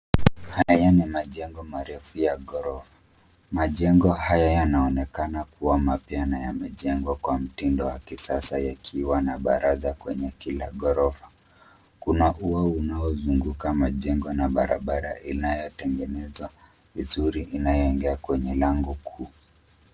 Haya ni majengo marefu ya ghorofa. Majengo haya yanaonekana kuwa mapya na yamejengwa kwa mtindo wa kisasa yakiwa na baraza kwenye kila ghorofa. Kuna ua unaozunguka majengo na barabara inayotegenezwa vizuri inayoingia kwenye lango kuu.